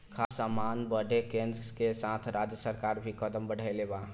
खाद्य सामान बदे केन्द्र के साथ राज्य सरकार भी कदम बढ़ौले बा